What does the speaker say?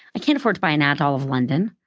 i can't afford to buy an ad to all of london.